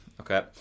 okay